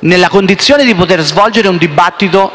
nella condizione di poter svolgere un dibattito